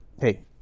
hey